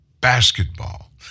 basketball